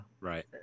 Right